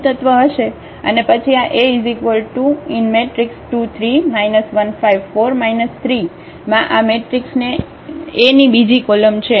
અને પછી A2 3 1 5 4 3 માં આ મેટ્રિક્સ એ ની બીજી કોલમ છે